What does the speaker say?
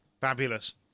Fabulous